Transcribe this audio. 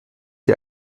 ihr